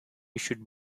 should